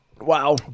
Wow